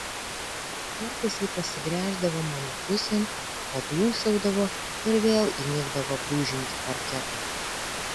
kartais ji pasigręždavo mano pusėn padūsaudavo ir vėl įnikdavo brūžinti parketą